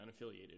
unaffiliated